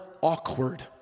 awkward